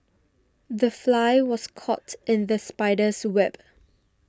the fly was caught in the spider's web